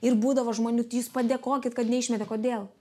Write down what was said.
ir būdavo žmonių tai jūs padėkokit kad neišmetė kodėl